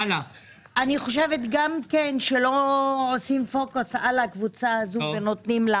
גם לא עושים פוקוס על הקבוצה הזאת ולא נותנים לה